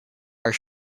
are